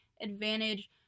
advantage